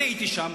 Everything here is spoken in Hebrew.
אני הייתי שם,